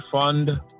fund